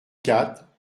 quatre